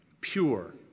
pure